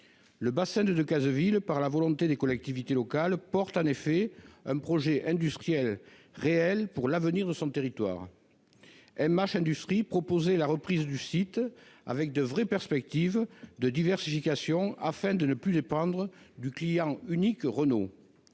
Le bassin de Decazeville, par la volonté des collectivités locales, porte en effet un projet industriel réel pour l'avenir de son territoire. MH Industries proposait la reprise du site, avec de véritables perspectives de diversification afin de ne plus dépendre du client unique Renault.